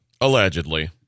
Allegedly